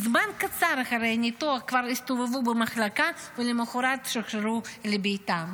זמן קצר אחרי הניתוח הם כבר הסתובבו במחלקה ולמוחרת שוחררו לביתם.